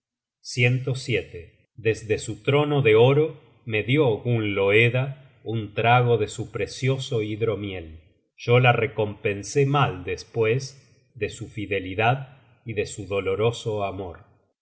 desde su trono de oro me dió gunnloeda un trago de su precioso hidromiel yo la recompensé mal despues de su fidelidad y de su doloroso amor